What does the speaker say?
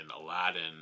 Aladdin